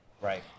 Right